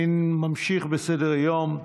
אני ממשיך בסדר-היום,